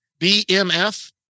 BMF